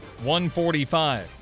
145